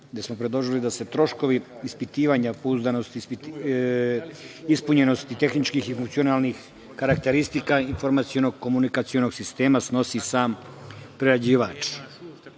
gde smo predložili da se troškovi ispitivanja pouzdanosti tehničkih i funkcionalnih karakteristika informaciono komunikacionog sistema snosi sam prerađivač. Uvažene